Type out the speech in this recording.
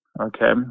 okay